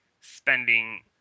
spending